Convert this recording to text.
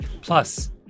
Plus